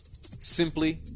simply